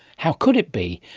how could it be,